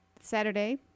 Saturday